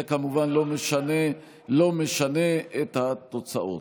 זה כמובן לא משנה את התוצאות.